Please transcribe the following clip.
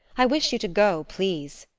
i wish you to go, please.